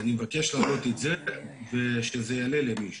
אני מבקש להעלות את זה ושזה יעלה למישהו.